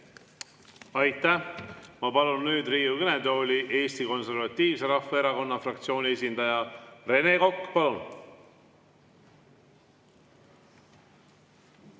Aitäh! Ma palun Riigikogu kõnetooli Eesti Konservatiivse Rahvaerakonna fraktsiooni esindaja Rene Koka. Aitäh!